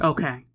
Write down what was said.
Okay